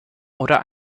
oder